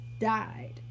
died